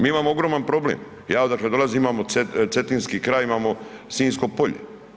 Mi imamo ogroman problem, ja odakle dolazimo, imamo cetinski kraj, imamo Sinjsko polje.